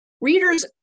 readers